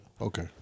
Okay